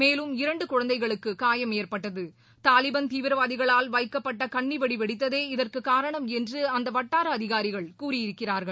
மேலும் இரண்டு குழந்தைகளுக்கு காயம் ஏற்பட்டது தாலிபன் தீவிரவாதிகளால் வைக்கப்பட்ட கண்ணிவெடி வெடித்தததே இதற்கு காரணம் என்று அந்த வட்டார அதிகாரிகள் கூறியிருக்கிறார்கள்